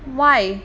why